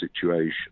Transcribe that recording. situation